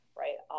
right